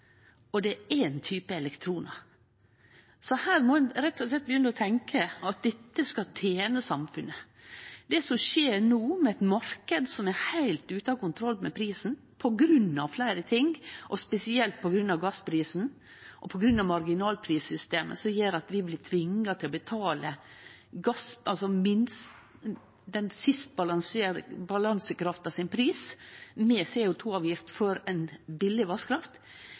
og det er éin type elektronar. Her må ein rett og slett begynne å tenkje at dette skal tene samfunnet. Det som skjer no, med ein marknad som er heilt utan kontroll med prisen på grunn av fleire ting, spesielt på grunn av gassprisen og marginalprissystemet, som gjer at vi blir tvinga til å betale prisen på den siste balansekrafta, med CO 2 -avgift, for billig vasskraft